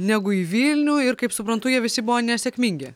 negu į vilnių ir kaip suprantu jie visi buvo nesėkmingi